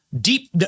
deep